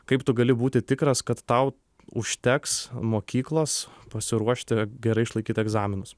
kaip tu gali būti tikras kad tau užteks mokyklos pasiruošti gerai išlaikyti egzaminus